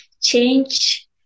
change